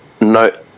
no